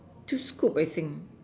two scoop at thing